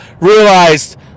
realized